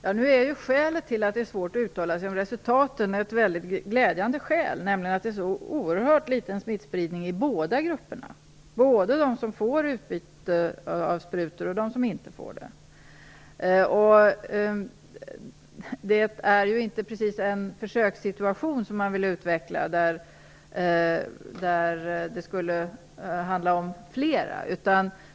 Herr talman! Skälet till att det är svårt att uttala sig om resultaten är väldigt glädjande. Det är en så oerhört liten smittspridning i båda grupperna, både i den gruppen som får utbyte av sprutor och i den som inte får det. Man vill ju inte precis utveckla en försökssituation så att den utvidgas.